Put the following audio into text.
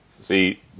See